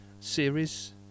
series